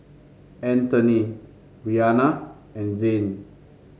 Antony Bryana and Zane